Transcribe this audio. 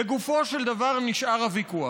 לגופו של דבר נשאר הוויכוח.